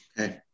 Okay